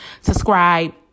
subscribe